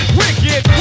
wicked